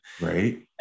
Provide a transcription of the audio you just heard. right